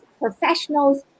professionals